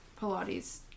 Pilates